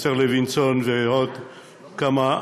לוינסון ועוד כמה,